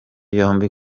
yombi